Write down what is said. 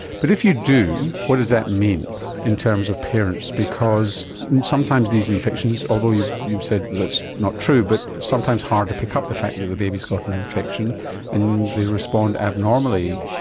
but if you do, what does that mean in terms of parents because sometimes these infections, although you've you've said that it's not true, but it's sometimes hard to pick up the fact that the baby's got an infection and they respond abnormally.